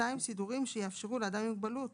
(2)סידורים שיאפשרו לאדם עם מוגבלות,